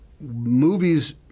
movies